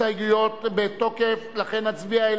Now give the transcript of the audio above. ההסתייגות של קבוצת סיעת קדימה,